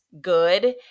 good